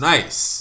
Nice